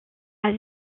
avec